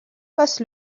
passe